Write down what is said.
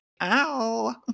Ow